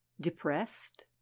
depressed